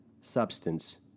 substance